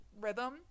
rhythm